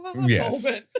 Yes